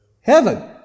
heaven